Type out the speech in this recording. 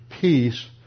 peace